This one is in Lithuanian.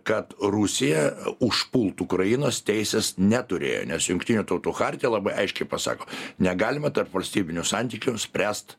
kad rusija užpult ukrainos teisės neturėjo nes jungtinių tautų chartija labai aiškiai pasako negalima tarpvalstybinių santykių spręst